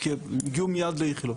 כי הם צריכים להגיע מיד לאיכילוב,